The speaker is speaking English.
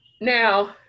now